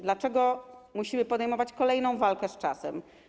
Dlaczego musimy podejmować kolejną walkę z czasem?